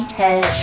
head